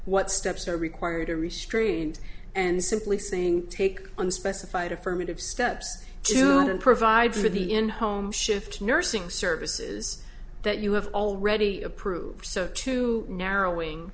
what steps are required or restraint and simply saying take unspecified affirmative steps to provide for the in home shift nursing services that you have already approved so to narrowing